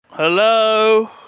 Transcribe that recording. Hello